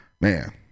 man